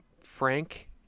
Frank